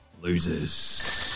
losers